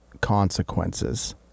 consequences